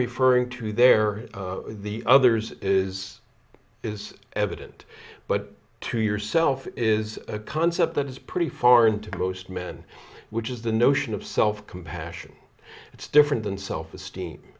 referring to there the others is is evident but to yourself is a concept that is pretty far into most men which is the notion of self compassion it's different than self esteem